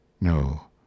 No